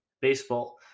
baseball